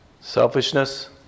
Selfishness